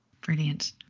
Brilliant